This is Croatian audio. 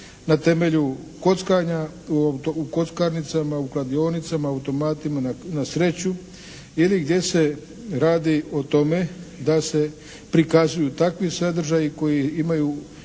na temelju kockanja u kockarnicama, u kladionicama, u automatima na sreću ili gdje se radi o tome da se prikazuju takvi sadržaji koji imaju